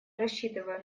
рассчитываю